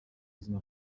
buzima